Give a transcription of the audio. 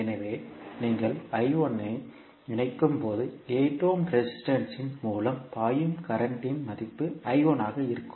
எனவே நீங்கள் ஐ இணைக்கும்போது 8 ஓம் ரெசிஸ்டன்ஸ் இன் மூலம் பாயும் கரண்ட் இன் மதிப்பு ஆக இருக்கும்